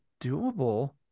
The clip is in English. doable